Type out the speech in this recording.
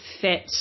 fit